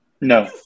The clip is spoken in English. No